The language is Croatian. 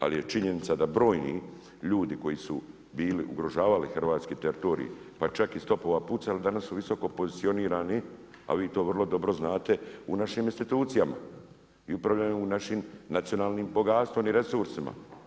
Ali je činjenica da brojni ljudi koji su bili ugrožavali hrvatski teritorij, pa čak iz topova pucali danas su visoko pozicionirani, a vi to vrlo dobro znate u našim institucijama i upravljaju našim nacionalnim bogatstvom i resursima.